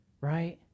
right